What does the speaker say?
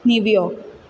New York